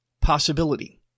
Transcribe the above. possibility